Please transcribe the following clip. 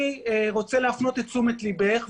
אני רוצה להפנות את תשומת ליבך,